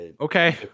Okay